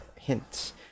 hints